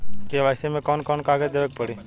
KYC मे कौन कौन कागज देवे के पड़ी?